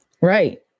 Right